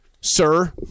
Sir